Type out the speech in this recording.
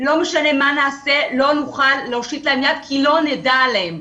לא משנה מה נעשה לא נוכל להושיט להם יד כי לא נדע עליהם.